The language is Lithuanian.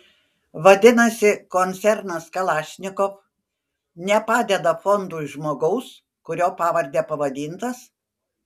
vadinasi koncernas kalašnikov nepadeda fondui žmogaus kurio pavarde pavadintas